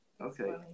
Okay